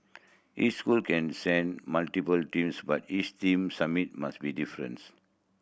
each school can send multiple teams but each team's submit must be difference